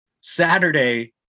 Saturday